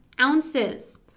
ounces